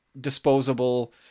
disposable